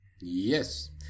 Yes